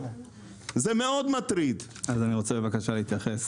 אנחנו מאוד מבינים